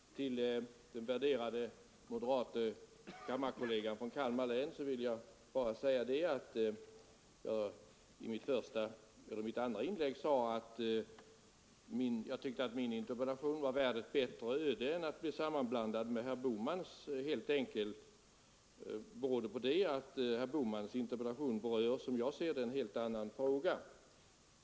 Herr talman! Till min värderade moderate kammarkollega från Kalmar län vill jag bara säga att när jag i mitt andra inlägg framhöll att jag tyckte att min interpellation var värd ett bättre öde än att bli samman 183 blandad med herr Bohmans, så berodde det på att herr Bohmans interpellation berör, som jag ser det, en helt annan fråga.